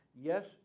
yes